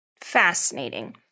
Fascinating